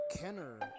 Kenner